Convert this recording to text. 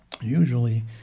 Usually